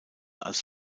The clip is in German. als